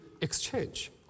exchange